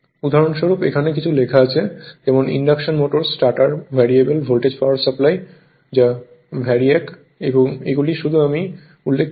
উদাহরণস্বরূপ এখানে কিছু লেখা আছে যেমন induction motor starter variable voltage power supply যা VARIAC এগুলি শুধু আমি উল্লেখ করেছি